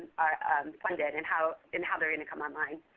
are funded and how and how they're going to come online.